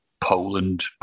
Poland